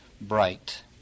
bright